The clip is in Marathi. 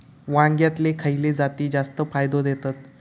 वांग्यातले खयले जाती जास्त फायदो देतत?